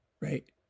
right